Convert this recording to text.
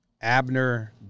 Abner